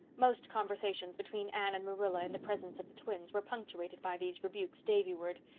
most conversations between anne and marilla in the presence of the twins, were punctuated by these rebukes davy-ward.